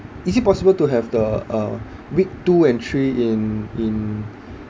is it possible to have the uh week two and three in in